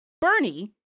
Bernie